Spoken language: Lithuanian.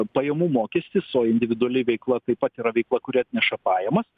pajamų mokestis o individuali veikla taip pat yra veikla kuri atneša pajamas